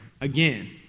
again